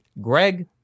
Greg